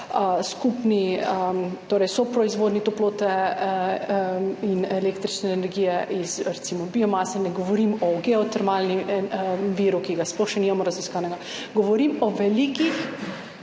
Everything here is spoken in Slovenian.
skupni, torej soproizvodnji toplote in električne energije iz recimo biomase, ne govorim o geotermalnem viru, ki ga sploh še nimamo raziskanega, govorim o velikih